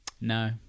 no